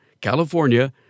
California